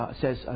says